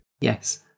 Yes